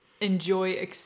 enjoy